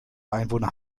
einwohner